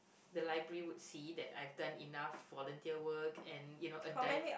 the library would see that I've done enough volunteer work and you know a div~